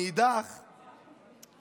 מאידך גיסא,